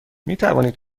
میتوانید